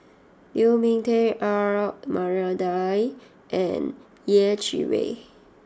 Lu Ming Teh Earl Maria Dyer and Yeh Chi Wei